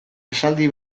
esaldi